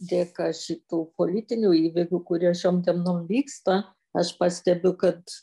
dėka šitų politinių įvykių kurie šiom dienom vyksta aš pastebiu kad